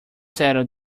settle